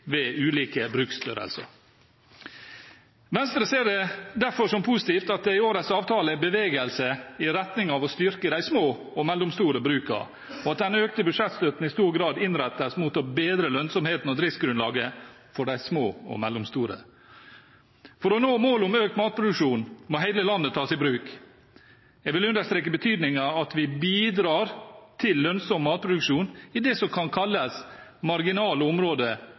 ved ulike bruksstørrelser. Venstre ser det derfor som positivt at det i årets avtale er bevegelse i retning av å styrke de små og mellomstore brukene, og at den økte budsjettstøtten i stor grad innrettes mot å bedre lønnsomheten og driftsgrunnlaget for de små og mellomstore. For å nå målet om økt matproduksjon må hele landet tas i bruk. Jeg vil understreke betydningen av at vi bidrar til lønnsom matproduksjon i det som kan kalles marginale områder